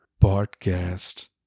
Podcast